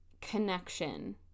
connection